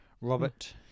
Robert